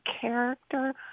character